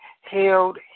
Held